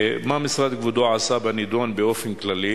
מה המשרד של כבודו עשה בנדון באופן כללי?